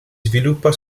sviluppa